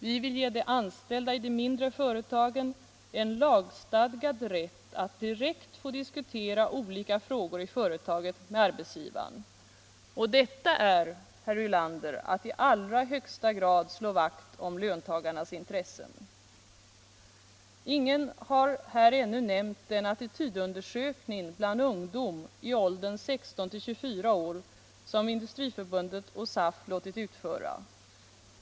Vi vill ge de anställda i de mindre företagen en lagstadgad rätt att direkt få diskutera olika frågor i företaget med arbetsgivaren. Detta är, herr Ulander, att i allra högsta grad slå vakt om löntagarnas intressen. Ingen har ännu nämnt den attitydundersökning bland ungdom i åldern 16 till 24 år som Industriförbundet och SAF låtit utföra.